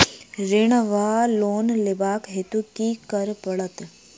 ऋण वा लोन लेबाक हेतु की करऽ पड़त?